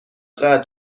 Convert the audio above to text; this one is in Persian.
قطع